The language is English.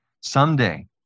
Someday